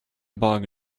bug